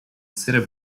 city